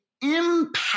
impact